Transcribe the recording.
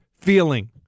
feeling